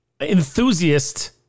enthusiast